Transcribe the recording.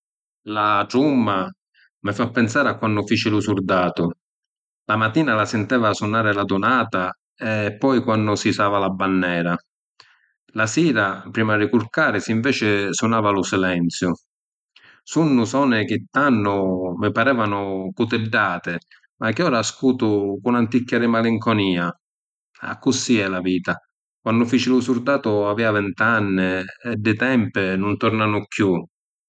La trumma mi fa pinsari a quannu fici lu surdatu. La matina la sinteva sunari l’adunata e poi quannu si jisava la bannèra. La sira prima di curcarisi inveci sunava lu silenziu. Sunnu soni chi tannu mi parevanu cutiddati ma chi ora ascutu cu n’anticchia di malinconia. Accussì è la vita, quannu fici lu surdatu havìa vint’anni e ddi tempi nun tornanu chiù.